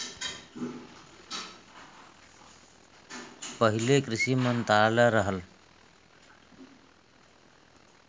पहिले कृषि मंत्रालय रहल